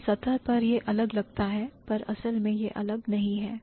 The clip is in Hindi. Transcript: तो सतह पर यह अलग लगता है पर असल में यह अलग नहीं है